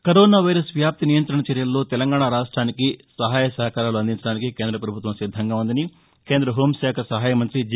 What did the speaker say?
ను corona virus వ్యాప్తి నియంత్రణ చర్యల్లో తెలంగాణ రాష్రానికి సహాయ సహకారాలు అందించడానికి కేంద్ర ప్రభుత్వం సిద్ధంగా ఉందని కేంద్ర హోంశాఖ సహాయ మంగ్రి జి